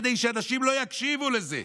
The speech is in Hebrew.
כדי שאנשים לא יקשיבו לזה.